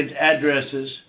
addresses